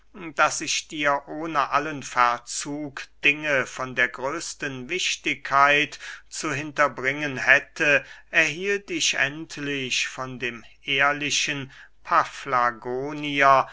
daß ich dir ohne allen verzug dinge von der größten wichtigkeit zu hinterbringen hätte erhielt ich endlich von dem ehrlichen paflagonier